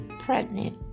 ...pregnant